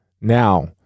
Now